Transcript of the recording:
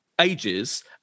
ages